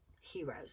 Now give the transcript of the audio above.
heroes